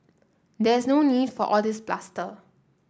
there's no need for all this bluster